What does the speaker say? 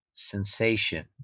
Sensation